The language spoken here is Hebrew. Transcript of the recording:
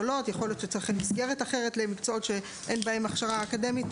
יכול להיות שצריך מסגרת אחרת למקצועות שאין בהן הכשרה אקדמית,